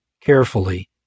carefully